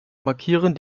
markieren